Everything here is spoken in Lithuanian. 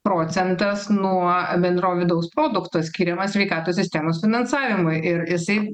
procentas nuo bendro vidaus produkto skiriama sveikatos sistemos finansavimui ir jisai